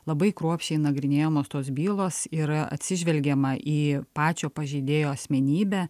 labai kruopščiai nagrinėjamos tos bylos ir atsižvelgiama į pačio pažeidėjo asmenybę